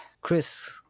Chris